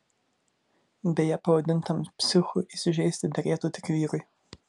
beje pavadintam psichu įsižeisti derėtų tik vyrui